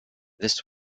this